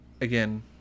again